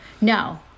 No